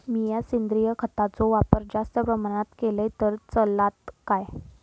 मीया सेंद्रिय खताचो वापर जास्त प्रमाणात केलय तर चलात काय?